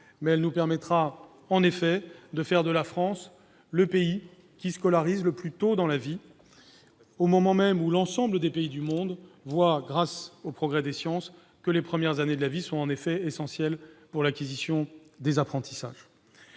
ans. Cette mesure permettra de faire de la France le pays qui scolarise le plus tôt dans la vie, au moment même où l'ensemble des pays du monde voit, grâce aux progrès des sciences, que les premières années de la vie sont essentielles pour l'acquisition des apprentissages.